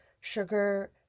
sugar